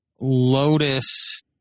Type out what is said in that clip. Lotus